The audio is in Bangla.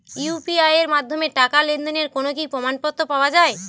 ইউ.পি.আই এর মাধ্যমে টাকা লেনদেনের কোন কি প্রমাণপত্র পাওয়া য়ায়?